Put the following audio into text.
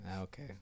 Okay